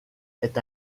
est